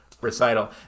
recital